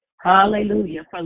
Hallelujah